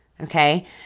Okay